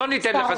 לא ניתן לך.